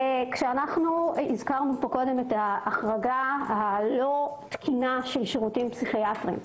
כשהזכרנו פה את ההחרגה הלא תקינה של שירותים פסיכיאטריים,